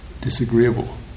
disagreeable